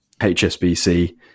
HSBC